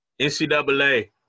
NCAA